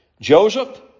Joseph